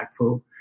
impactful